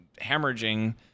hemorrhaging